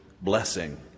blessing